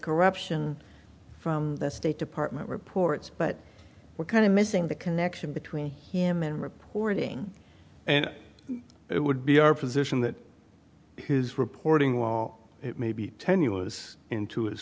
corruption from the state department reports but what kind of missing the connection between him and reporting and it would be our position that his reporting while it may be tenuous into his